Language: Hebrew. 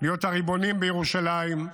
להיות הריבונים בירושלים.